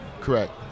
Correct